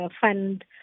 fund